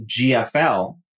GFL